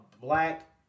black